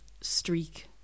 streak